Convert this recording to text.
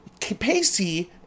Pacey